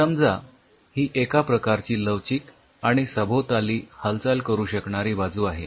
समजा ही एका प्रकारची लवचिक आणि सभोवताली हालचाल करू शकणारी बाजू आहे